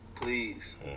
Please